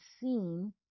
seen